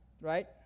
right